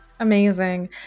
Amazing